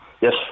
Yes